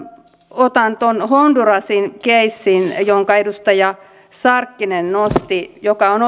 otan tuon hondurasin keissin jonka edustaja sarkkinen nosti joka on